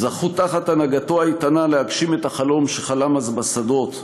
זכו תחת הנהגתו האיתנה להגשים את החלום שחלם אז בשדות,